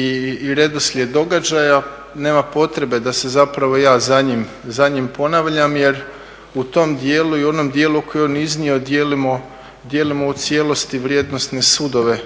i redoslijed događaja. Nema potrebe da se zapravo ja za njim ponavljam jer u tom djelu i u onom djelu koji je on iznio dijelimo u cijelosti vrijednosne sudove